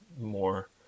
more